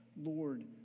Lord